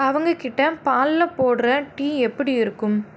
அவங்கள்க்கிட்ட பாலில் போடுற டீ எப்படி இருக்கும்